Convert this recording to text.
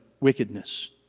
wickedness